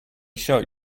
show